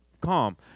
calm